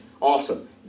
Awesome